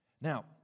Now